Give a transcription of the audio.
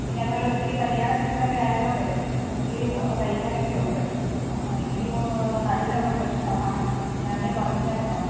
പിന്നെ അതുപോലെ ഒത്തിരി കല്യാണ സീസണൊക്കെ ആയതു കൊണ്ടെ ഒത്തിരി തയ്ക്കാനൊക്കെ ഉണ്ട് എനിക്കിപ്പം നടുവിനൊക്കെ പ്രശ്നമാണ് ഞാനന്നേ പറഞ്ഞില്ലായിരുന്നോ